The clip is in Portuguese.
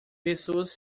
pessoas